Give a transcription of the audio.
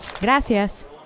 Gracias